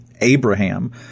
Abraham